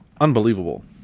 unbelievable